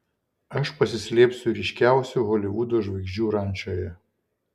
aš pasislėpsiu ryškiausių holivudo žvaigždžių rančoje